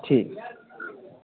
ठीक ऐ